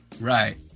Right